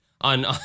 on